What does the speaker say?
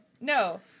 No